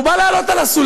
הוא בא לעלות על הסולם,